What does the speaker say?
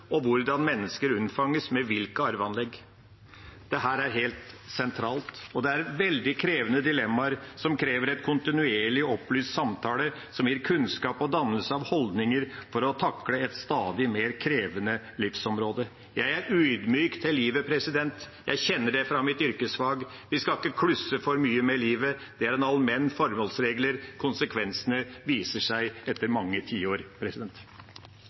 og hvordan mennesker unnfanges med hvilke arveanlegg. Dette er helt sentralt. Og det er veldig krevende dilemmaer, som krever en kontinuerlig opplyst samtale som gir kunnskap og dannelse av holdninger, for å takle et stadig mer krevende livsområde. Jeg er ydmyk til livet. Jeg kjenner det fra mitt yrkesfag. Vi skal ikke klusse for mye med livet. Det er en allmenn forholdsregel – konsekvensene viser seg etter mange tiår.